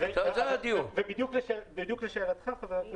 בדיוק לשאלתך חבר הכנסת,